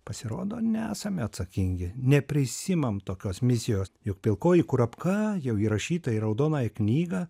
pasirodo nesame atsakingi neprisiimam tokios misijos juk pilkoji kurapka jau įrašyta į raudonąją knygą